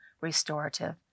restorative